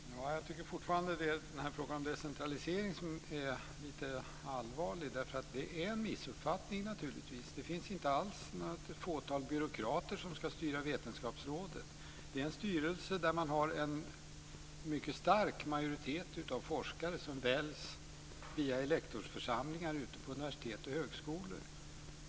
Fru talman! Jag tycker fortfarande att frågan om decentralisering är lite allvarlig. Naturligtvis är det en missuppfattning på den punkten. Det är inte alls ett fåtal byråkrater som ska styra Vetenskapsrådet, utan i styrelsen finns en mycket stark majoritet av forskare som väljs via elektorsförsamlingar ute på universitet och högskolor.